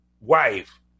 wife